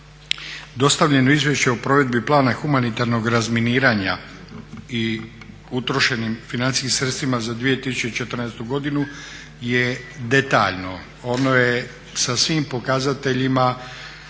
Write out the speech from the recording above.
Dostavljeno Izvješće o provedbi Plana humanitarnog razminiranja i utrošenim financijskim sredstvima za 2014.godinu je detaljno. Ono je sa svim pokazateljima